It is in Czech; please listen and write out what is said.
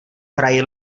hrají